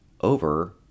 over